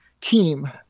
team